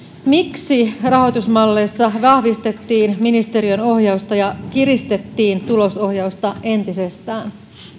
miksi rahoitusmalleissa vahvistettiin ministeriön ohjausta ja kiristettiin tulosohjausta entisestään